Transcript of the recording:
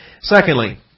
Secondly